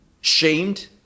shamed